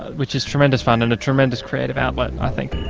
which is tremendous fun and a tremendous creative outlet i think.